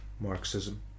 Marxism